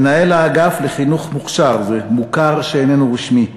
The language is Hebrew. מנהל האגף לחינוך מוכש"ר, מוכר שאיננו רשמי,